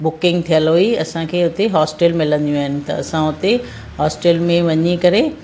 booking थियलु हुई असांखे हुते हॉस्टल मिलंदियूं आहिनि असां हुते हॉस्टल में वञी करे